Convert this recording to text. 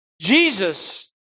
Jesus